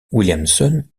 williamson